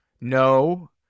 No